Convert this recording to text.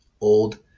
Old